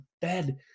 bed